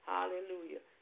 Hallelujah